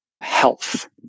health